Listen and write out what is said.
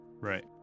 Right